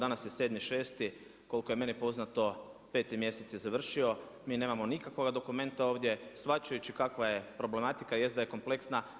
Danas je 7.6., koliko je meni poznato peti mjesec je završio, mi nemamo nikakvog dokumenta ovdje shvaćajući kakva je problematika, jest da je kompleksna.